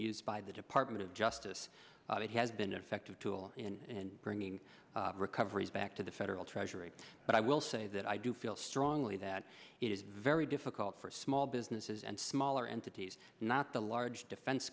used by the department of justice it has been effective tool in bringing recovery's back to the federal treasury but i will say that i do feel strongly that it is very difficult for small businesses and smaller entities not the large defense